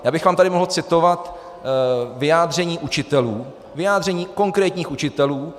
Já bych vám tady mohl citovat vyjádření učitelů, vyjádření konkrétních učitelů.